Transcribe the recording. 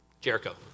Jericho